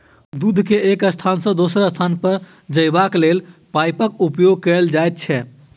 दूध के एक स्थान सॅ दोसर स्थान ल जयबाक लेल पाइपक उपयोग कयल जाइत छै